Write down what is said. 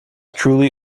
truly